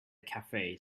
cafe